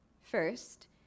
First